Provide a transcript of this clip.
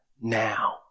now